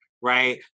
Right